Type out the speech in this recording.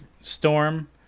Storm